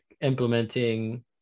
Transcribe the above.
implementing